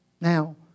Now